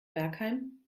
bergheim